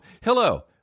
Hello